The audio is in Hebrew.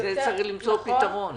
לזה צריך למצוא פתרון.